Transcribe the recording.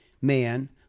man